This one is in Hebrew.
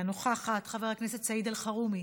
אינה נוכחת, חבר הכנסת סעיד אלחרומי,